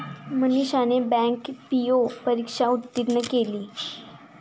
मनीषाने bank PO परीक्षा उत्तीर्ण केली